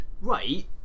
Right